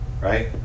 right